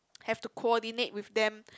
have to coordinate with them